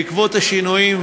בעקבות השינויים,